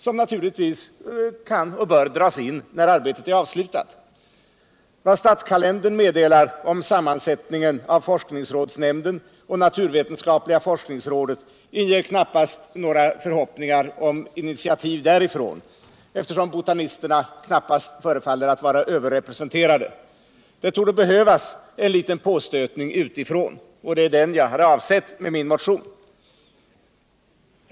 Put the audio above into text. som naturligtvis kan och bör dras in när arbetet är avslutat. Vad statskalendern meddelar om sammansättningen av forskningsrådsnämnden och naturvetenskapliga forskningsrådet inger knappast några förhoppningar om initiativ därifrån, eftersom botanisterna knappast förefaller vara Överrepresenterade. Det torde behövas en liten påstötning utifrån, och det är den jag har avsett med min motion.